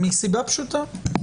מסיבה פשוטה: